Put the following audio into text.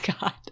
God